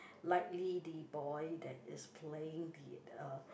likely the boy that is playing be the uh